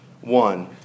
one